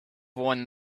won